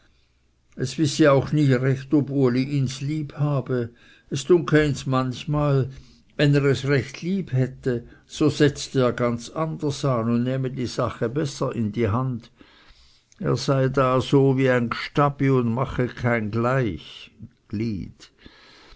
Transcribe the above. es wisse auch nie recht ob uli ihns lieb habe es dunke ihns manchmal wenn er es recht lieb hätte so setzte er ganz anders an und nähme die sache besser in die hand er sei da so wie ein gstabi und mache kein gleich